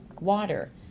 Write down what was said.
water